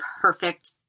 perfect